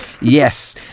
Yes